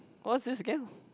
what's this game